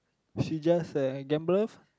she just uh gambler